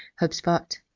HubSpot